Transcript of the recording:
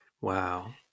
Wow